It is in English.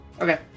Okay